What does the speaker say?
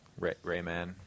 Rayman